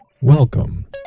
Welcome